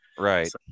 Right